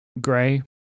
gray